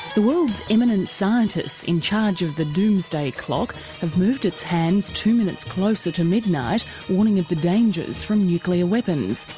the world's eminent scientists, in charge of the doomsday clock, have moved its hands two minutes closer to midnight warning of the dangers from nuclear weapons.